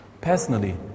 Personally